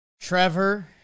Trevor